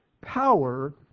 power